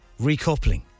recoupling